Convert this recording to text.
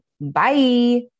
Bye